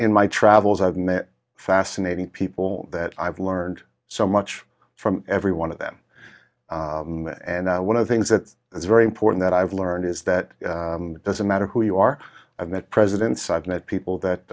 in my travels i've met fascinating people that i've learned so much from every one of them and one of the things that is very important that i've learned is that it doesn't matter who you are and that presidents i've met people that